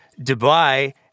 Dubai